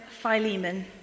Philemon